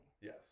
Yes